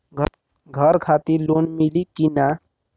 घर खातिर लोन मिली कि ना?